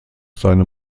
seine